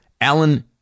Alan